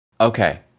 Okay